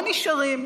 או נשארים,